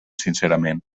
sincerament